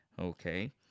Okay